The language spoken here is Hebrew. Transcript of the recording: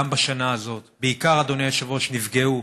גם בשנה הזאת, בעיקר, אדוני היושב-ראש, נפגעו